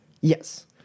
Yes